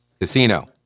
Casino